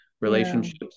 relationships